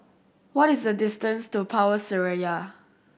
what is the distance to Power Seraya